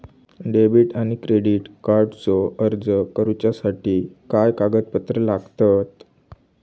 Debit आणि credit कार्डचो अर्ज करुच्यासाठी काय कागदपत्र लागतत?